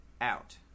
out